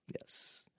Yes